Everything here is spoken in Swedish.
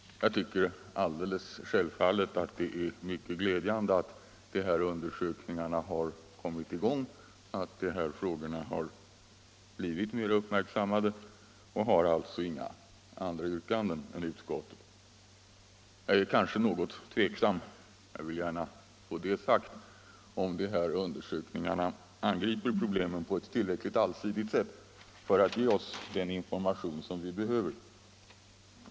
Jag tycker alldeles självfallet att det är mycket glädjande att undersökningarna har kommit i gång, och att de här frågorna har blivit mer uppmärksammade och har alltså inga andra yrkanden än utskottsmajoriteten. Jag är kanske något tveksam -— jag vill gärna få det sagt —- till om de här undersökningarna angriper problemen på ett tillräckligt allsidigt sätt för att ge oss den information, som vi behöver.